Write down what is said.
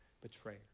betrayer